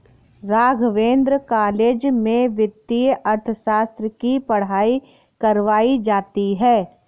Raghavendra college में वित्तीय अर्थशास्त्र की पढ़ाई करवायी जाती है